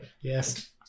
Yes